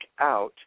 out